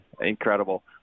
incredible